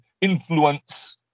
influence